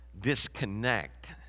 disconnect